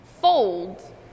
Fold